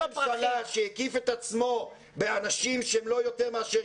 ראש ממשלה שהקיף את עצמו באנשים שהם לא יותר מאשר